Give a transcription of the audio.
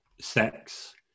sex